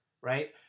right